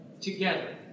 Together